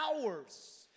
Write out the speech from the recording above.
hours